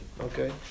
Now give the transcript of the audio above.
okay